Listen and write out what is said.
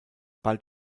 bald